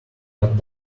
cut